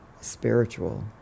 spiritual